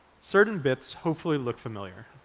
certain bits hopefully look familiar.